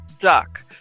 duck